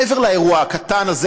מעבר לאירוע הקטן הזה,